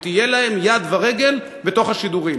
יד ורגל בתוך השידורים.